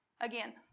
Again